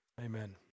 Amen